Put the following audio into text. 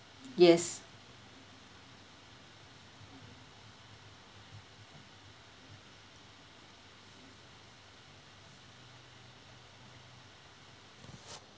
yes